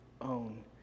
own